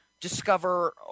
discover